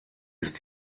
ist